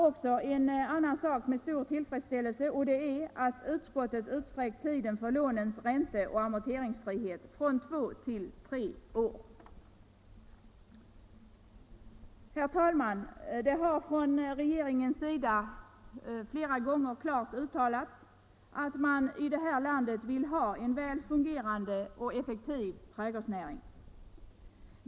Likaså noterar jag med tillfredsställelse att utskottet utsträckt tiden för lånens ränteoch amorteringsfrihet från två till tre år. Herr talman! Det har från regeringens sida flera gånger klart uttalats att man i vårt land vill ha en väl fungerande och effektiv trädgårdsnäring.